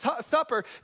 Supper